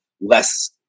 less